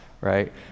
right